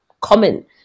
common